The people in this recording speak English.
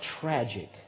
tragic